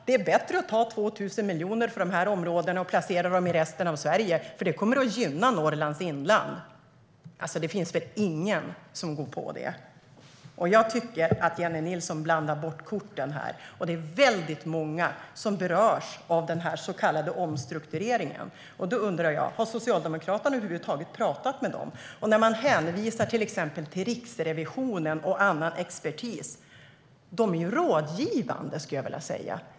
Det är bättre att ta 2 000 miljoner från de områdena och placera dem i resten av Sverige, för det kommer att gynna Norrlands inland. Det finns väl ingen som går på det. Jag tycker att Jennie Nilsson blandar bort korten här. Det är väldigt många som berörs av den så kallade omstruktureringen. Har Socialdemokraterna över huvud taget talat med dem? Man hänvisar till exempel till Riksrevisionen och annan expertis. De är rådgivande.